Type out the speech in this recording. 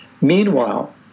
Meanwhile